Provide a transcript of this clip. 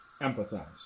empathize